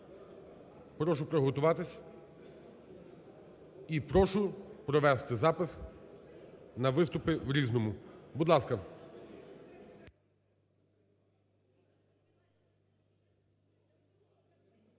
Прошу приготуватися і прошу провести запис на виступи в "Різному". Будь ласка.